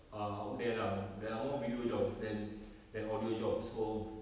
are out there lah there are more video jobs than than audio jobs so